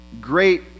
great